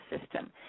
system